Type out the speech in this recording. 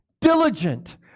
diligent